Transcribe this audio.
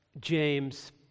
James